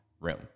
room